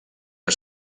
que